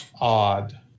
Odd